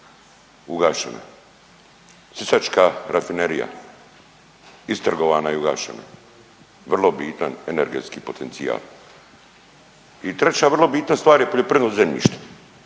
ugašena, Sisačka rafinerija istrgovana i ugašena, vrlo bitan energetski potencijal i treća vrlo bitna stvar je poljoprivredno zemljište.